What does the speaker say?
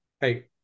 Hey